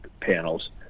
panels